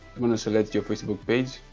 going to select your facebook page